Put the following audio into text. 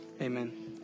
amen